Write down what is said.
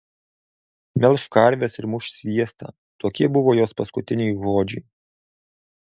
melš karves ir muš sviestą tokie buvo jos paskutiniai žodžiai